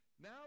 Now